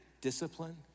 Discipline